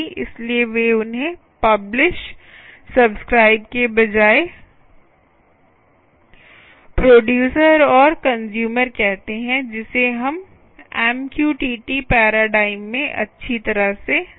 इसलिए वे उन्हें पब्लिश सब्सक्राइब के बजाय प्रोडयूसर और कंस्यूमर कहते हैं जिसे हम MQTT पैराडाइम में अच्छी तरह से जानते हैं